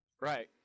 Right